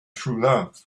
truelove